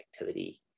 activity